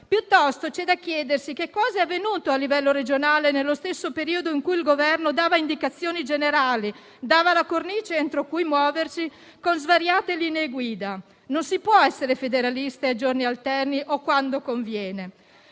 Piuttosto c'è da chiedersi: che cosa è avvenuto a livello regionale nello stesso periodo in cui il Governo dava indicazioni generali e dava la cornice entro cui muoversi con svariate linee guida? Non si può essere federalisti a giorni alterni o quando conviene.